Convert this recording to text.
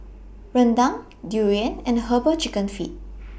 Rendang Durian and Herbal Chicken Feet